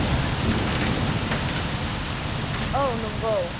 औ नंगौ